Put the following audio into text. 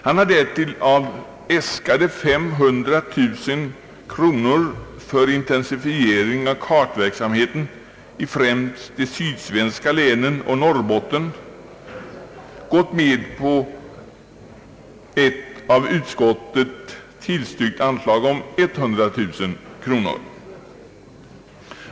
Han har därtill av äskade 500 000 kronor för intensifiering av kartläggningsverksamheten i främst de sydsvenska länen och Norrbotten gått med på ett av utskottet tillstyrkt anslag om 100 000 kronor.